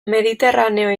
mediterraneo